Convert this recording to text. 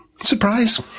Surprise